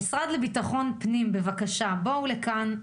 המשרד לביטחון פנים, בבקשה, בואו לכאן.